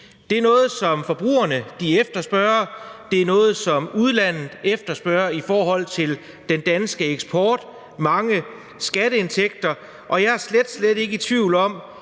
Det er noget, som forbrugerne efterspørger, og det er noget, som udlandet efterspørger – i forhold til den danske eksport giver det mange skatteindtægter – og jeg er slet, slet ikke i tvivl om,